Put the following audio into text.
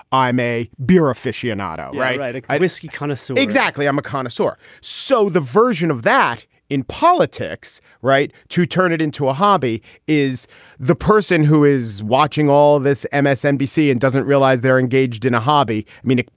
i'm a beer aficionados. right. like i whiskey kind of. so exactly. i'm a connoisseur so the version of that in politics, right. to turn it into a hobby is the person who is watching all of this, msnbc and doesn't realize they're engaged in a hobby. i mean,